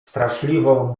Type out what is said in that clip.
straszliwą